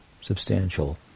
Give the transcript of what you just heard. substantial